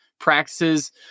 Practices